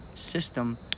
system